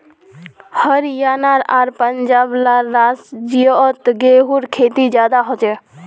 हरयाणा आर पंजाब ला राज्योत गेहूँर खेती ज्यादा होछे